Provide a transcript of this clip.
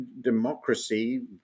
democracy